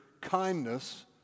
kindness